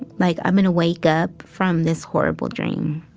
like i'm gonna wake up from this horrible dream.